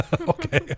Okay